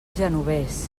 genovés